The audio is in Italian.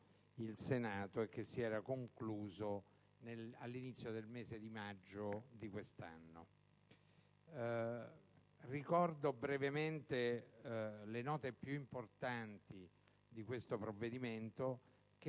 dal Senato, che si era concluso all'inizio del mese di maggio di questo anno. Ricordo brevemente le note più importanti del provvedimento in